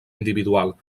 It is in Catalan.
individual